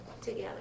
Together